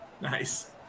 Nice